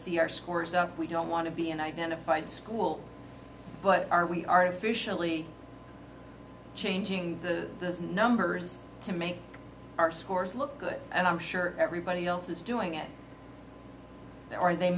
see our scores out we don't want to be an identified school but are we artificially changing the those numbers to make our scores look good and i'm sure everybody else is doing it now are they